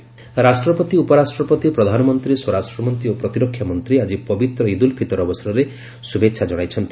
ଇଦ୍ ପ୍ରଧାନମନ୍ତ୍ରୀ ରାଷ୍ଟ୍ରପତି ଉପରାଷ୍ଟ୍ରପତି ପ୍ରଧାନମନ୍ତ୍ରୀ ସ୍ୱରାଷ୍ଟ୍ରମନ୍ତ୍ରୀ ଓ ପ୍ରତିରକ୍ଷାମନ୍ତ୍ରୀ ଆକି ପବିତ୍ର ଇଦୁଲ ଫିତର ଅବସରରେ ଶୁଭେଚ୍ଛା ଜଣାଇଛନ୍ତି